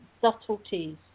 subtleties